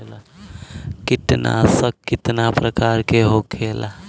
कीटनाशक कितना प्रकार के होखेला?